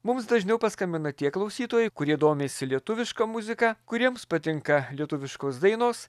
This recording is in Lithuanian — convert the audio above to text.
mums dažniau paskambina tie klausytojai kurie domisi lietuviška muzika kuriems patinka lietuviškos dainos